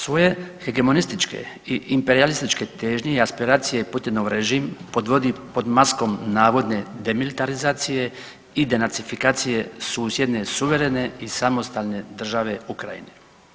Svoje hegemonističke i imperijalističke težnje i aspiracije i Putinov režimi podvodi pod maskom navodne demilitarizacije i denacifikacije susjedne suverene i samostalne države Ukrajine.